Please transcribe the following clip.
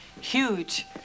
Huge